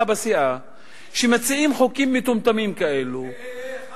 בסיעת קדימה שמציעים חוקים מטומטמים כאלה,